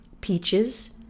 peaches